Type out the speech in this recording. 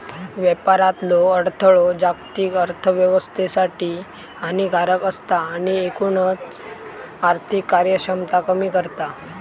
व्यापारातलो अडथळो जागतिक अर्थोव्यवस्थेसाठी हानिकारक असता आणि एकूणच आर्थिक कार्यक्षमता कमी करता